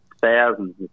thousands